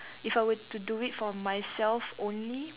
if I were to do it for myself only